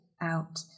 out